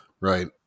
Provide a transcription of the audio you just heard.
Right